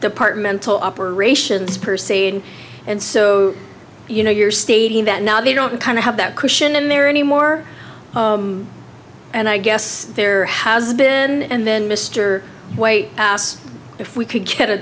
departmental operations per se and so you know you're stating that now they don't kind of have that cushion in there anymore and i guess there has been and then mr wait if we could get a